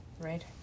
Right